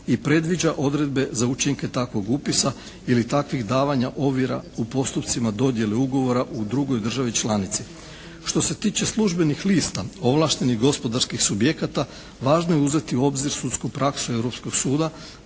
i predviđa odredbe za učinke takvog upisa ili takvih davanja ovjera u postupcima dodjele ugovora u drugoj državi članici. Što se tiče službenih lista ovlašteni gospodarskih subjekata važno je uzeti u obzir sudsku praksu europskog suda